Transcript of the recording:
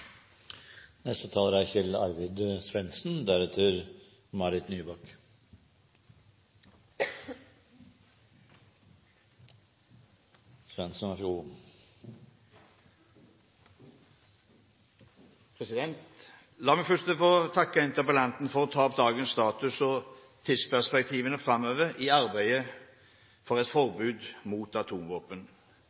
La meg først få takke interpellanten for å ta opp dagens status og tidsperspektivene framover i arbeidet for et forbud mot atomvåpen.